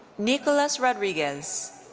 nicolas rodriquez.